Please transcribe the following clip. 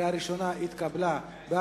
התקבלה בקריאה ראשונה.